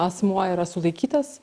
asmuo yra sulaikytas